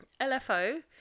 LFO